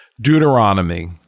Deuteronomy